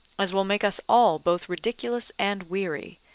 as will make us all both ridiculous and weary,